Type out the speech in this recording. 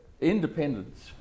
independence